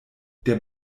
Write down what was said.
der